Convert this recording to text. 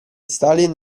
stalin